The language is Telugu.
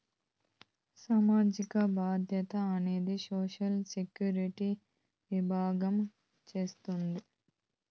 సామాజిక భద్రత అనేది సోషల్ సెక్యూరిటీ విభాగం చూస్తాండాది